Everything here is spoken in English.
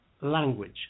language